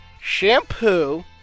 Shampoo